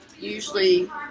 usually